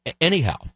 anyhow